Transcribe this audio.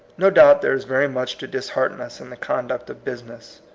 no doubt there is very much to dis hearten us in the conduct of business.